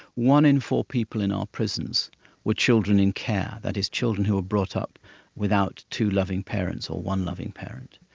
one in four people in our prisons were children in care, that is children who were brought up without two loving parents or one loving parent.